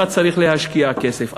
אתה צריך להשקיע כסף.